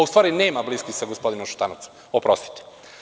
U stvari, nema bliskih sa gospodinom Šutanovcem, oprostite.